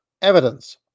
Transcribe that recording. evidence